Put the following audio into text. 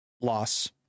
Loss